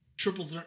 Triple